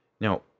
Now